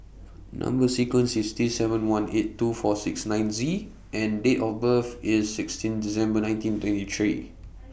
Number sequence IS T seven one eight two four six nine Z and Date of birth IS sixteen December nineteen twenty three